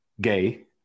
gay